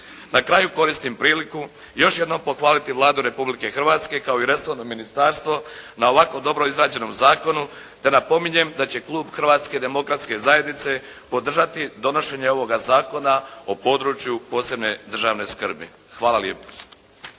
Na kraju koristim priliku, još jednom pohvaliti Vladu Republike Hrvatske, kao i Resorno ministarstvo, na ovako dobro izrađenom zakonu, te napominjem da će klub Hrvatske demokratske zajednice podržati donošenje ovoga Zakona o području posebne državne skrbi. Hvala lijepo.